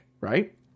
right